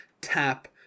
tap